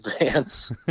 advance